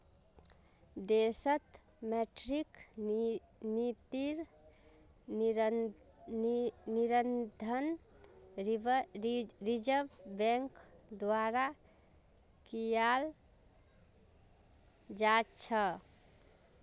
देशत मौद्रिक नीतिर निर्धारण रिज़र्व बैंक द्वारा कियाल जा छ